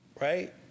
right